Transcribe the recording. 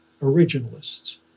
originalists